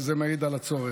וזה מעיד על הצורך.